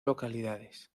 localidades